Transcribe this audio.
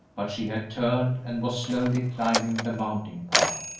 but she had turned and was slowly climbing the mountain path.